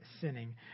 sinning